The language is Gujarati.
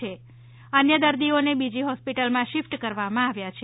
તથા અન્ય દર્દીઓને બીજી હોસ્પીટલમાં શીફટ કરવામાં આવ્યાં છે